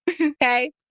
Okay